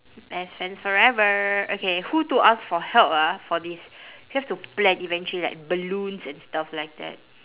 best friends forever okay who to ask for help ah for this we have to plan eventually like balloons and stuff like that